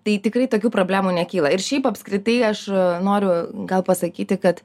tai tikrai tokių problemų nekyla ir šiaip apskritai aš noriu gal pasakyti kad